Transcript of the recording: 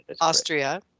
Austria